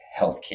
healthcare